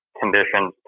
conditions